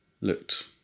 looked